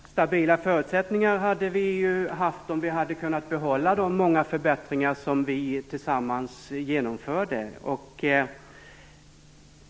Fru talman! Stabila förutsättningar hade vi haft om vi hade kunnat behålla de många förbättringar som vi tillsammans genomförde.